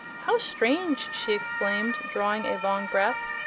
how strange! she exclaimed, drawing a long breath.